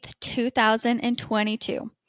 2022